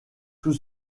tout